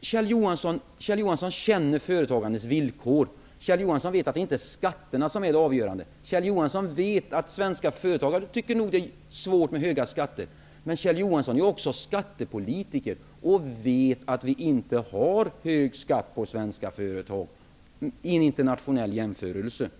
Kjell Johansson känner företagandets villkor. Kjell Johansson vet att det inte är skatterna som är det avgörande. Kjell Johansson vet att svenska företagare nog tycker att det är svårt med höga skatter, men Kjell Johansson är också skattepolitiker och vet att vi inte har hög skatt på svenska företag vid en internationell jämförelse.